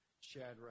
Shadrach